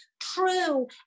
true